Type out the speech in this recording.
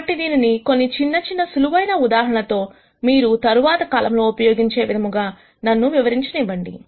కాబట్టి దీనిని కొన్ని చిన్న చిన్న సులువైన ఉదాహరణలతో మీరు తరువాత కాలములో ఉపయోగించే విధంగా నన్ను వివరించనివ్వండి